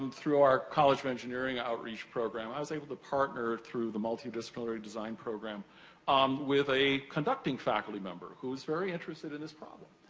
and through our college of engineering outreach program, i was able to partner, through the multidisciplinary design program um with a conducting faculty member who was very interested in this problem.